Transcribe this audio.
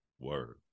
word